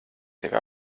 tevi